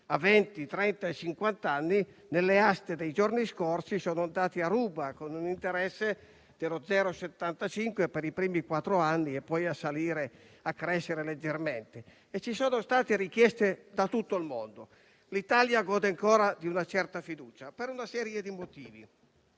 e cinquant'anni nelle aste dei giorni scorsi sono andati a ruba, con un interesse dello 0,75 per cento per i primi quattro anni che poi cresce leggermente. Ci sono state richieste da tutto il mondo. L'Italia gode ancora di una certa fiducia, per una serie di motivi.